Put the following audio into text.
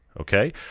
Okay